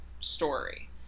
story